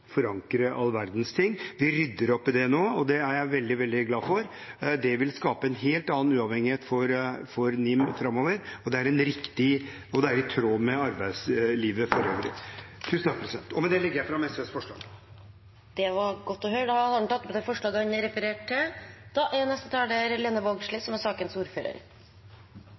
forankre all verdens ting. Vi rydder opp i det nå, og det er jeg veldig glad for. Det vil skape en helt annen uavhengighet for NIM framover. Det er riktig, og det er i tråd med arbeidslivet for øvrig. Med det legger jeg fram SVs forslag. Representanten Petter Eide har tatt opp det forslaget han refererte til. Eg meiner òg det er gledeleg og veldig tryggjande at evalueringa viser at NIM leverer veldig godt fagleg gjennom det mandatet dei er